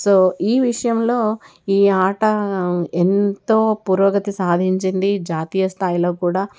so ఈ విషయంలో ఈ ఆట ఎంతో పురోగతి సాధించింది జాతీయ స్థాయిలో కూడా